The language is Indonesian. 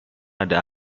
ada